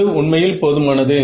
அது உண்மையில் போதுமானது